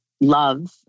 Love